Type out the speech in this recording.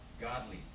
godly